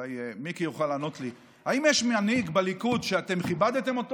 אולי מיקי יוכל לענות לי: האם יש מנהיג בליכוד שכיבדתם אותו